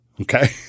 Okay